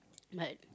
like